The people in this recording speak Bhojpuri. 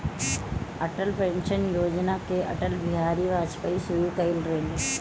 अटल पेंशन योजना के अटल बिहारी वाजपयी शुरू कईले रलें